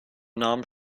namen